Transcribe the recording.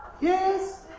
Yes